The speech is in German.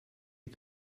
die